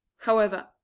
however,